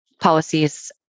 policies